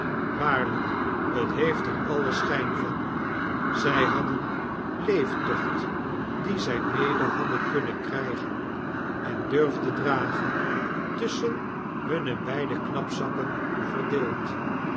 waarlijk het heeft er alien schijn van zij hadden leeftocht dien zij mede hadden kunnen krijgen en durfden dragen tusschen hunne beide knapzakken verdeeld